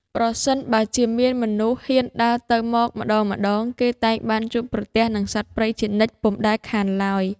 ប្រសិនបើជាមានមនុស្សហ៊ានដើរទៅមកម្ដងៗ គេតែងបានជួបប្រទះនឹងសត្វព្រៃជានិច្ចពុំដែលខានឡើយ ។